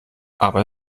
aber